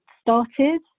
started